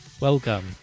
Welcome